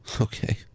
Okay